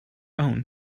own